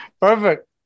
Perfect